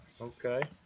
Okay